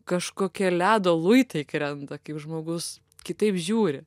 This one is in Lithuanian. kažkokie ledo luitai krenta kaip žmogus kitaip žiūri